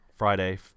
Friday